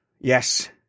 Yes